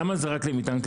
למה זה לא לגרעינים?